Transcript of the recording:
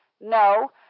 No